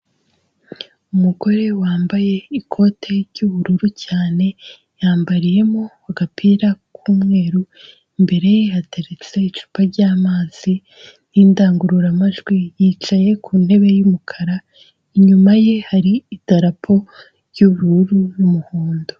Umugore wambaye ikote ry'ubururu cyane, yambariyemo agapira k'umweru, imbere ye hateretse icupa ry'amazi, n'indangururamajwi, yicaye ku ntebe y'umukara, inyuma ye hari idarapo ry'ubururu, n'umuhondo.